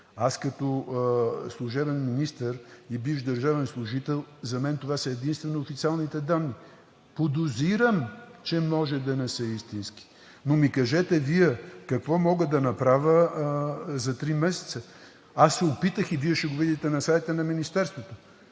Аз като служебен министър и бивш държавен служител за мен това са единствено официалните данни. Подозирам, че може да не са истински, но ми кажете Вие: какво мога да направя за 3 месеца? Аз се опитах, и Вие ще го видите на сайта на Министерството